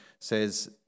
says